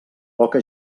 poca